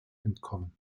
entkommen